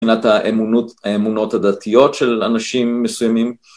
מבחינת האמונות הדתיות של אנשים מסוימים